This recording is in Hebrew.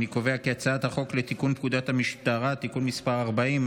אני קובע כי הצעת החוק לתיקון פקודת המשטרה (תיקון מס' 40),